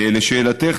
לשאלתך,